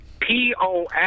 POS